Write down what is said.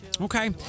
Okay